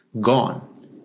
gone